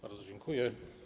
Bardzo dziękuję.